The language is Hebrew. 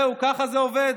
זהו, ככה זה עובד?